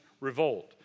revolt